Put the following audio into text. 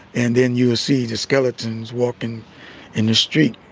and then you will see the skeletons walking in the street,